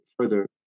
further